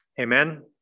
Amen